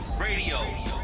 Radio